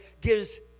Gives